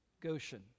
Goshen